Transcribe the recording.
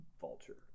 Vulture